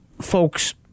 folks